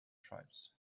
tribes